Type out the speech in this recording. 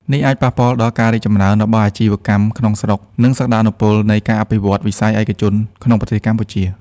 នេះអាចប៉ះពាល់ដល់ការរីកចម្រើនរបស់អាជីវកម្មក្នុងស្រុក និងសក្តានុពលនៃការអភិវឌ្ឍន៍វិស័យឯកជនក្នុងប្រទេសកម្ពុជា។